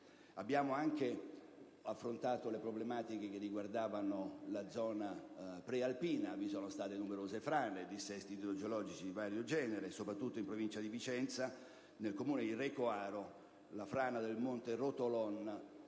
Abbiamo anche affrontato le problematiche che riguardavano la zona prealpina: vi sono state numerose frane e dissesti idrogeologici di vario genere. Soprattutto in provincia di Vicenza, nel comune di Recoaro, la frana del monte Rotolon